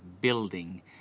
building